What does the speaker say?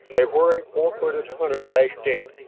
a whirling four-footed hunter dashed in,